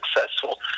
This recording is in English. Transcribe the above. successful